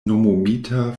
nomumita